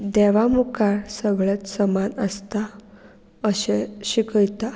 देवा मुखार सगळेंच समान आसता अशें शिकयता